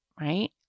right